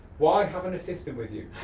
why have an assistant with you?